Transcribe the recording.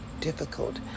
difficult